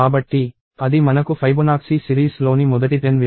కాబట్టి అది మనకు ఫైబొనాక్సీ సిరీస్లోని మొదటి 10 వ్యాల్యూస్ ను ఇస్తుంది